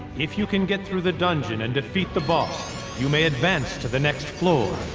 if you can get through the dungeon and defeat the boss you may advance to the next floor.